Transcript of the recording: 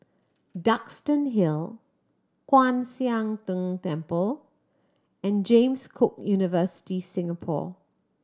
Duxton Hill Kwan Siang Tng Temple and James Cook University Singapore